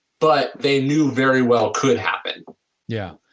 but they knew very well could happen yeah,